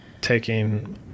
taking